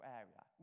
area